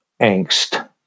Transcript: angst